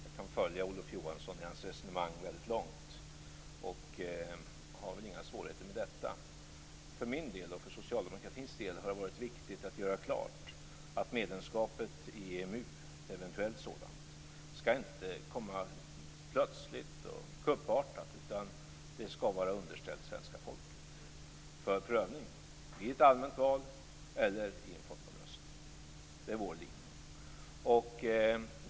Herr talman! Jag kan följa Olof Johansson väldigt långt i hans resonemang, och jag har inga svårigheter med detta. För min del och för socialdemokratins del har det varit viktigt att göra klart att ett eventuellt medlemskap i EMU inte skall komma plötsligt och kuppartat, utan det skall vara underställt svenska folket för prövning i ett allmänt val eller i en folkomröstning. Det är vår linje.